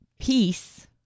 peace